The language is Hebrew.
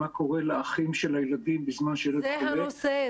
מה קורה לאחים של הילדים בזמן שילד חולה --- זה הנושא,